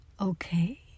Okay